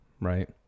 right